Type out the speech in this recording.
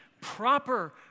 proper